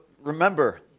remember